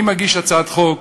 אני מגיש הצעת חוק,